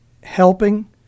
helping